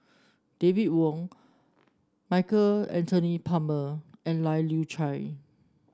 David Wong Michael Anthony Palmer and Lai Kew Chai